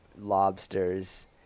lobsters